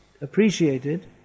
appreciated